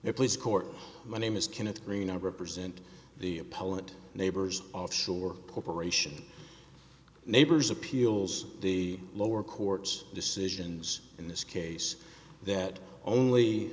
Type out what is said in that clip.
there please court my name is kenneth green i represent the opponent neighbors offshore corporation neighbors appeals the lower court's decisions in this case that only